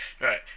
Right